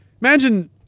imagine